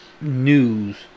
news